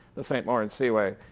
the st. lawrence seaway,